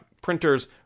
Printers